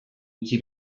utzi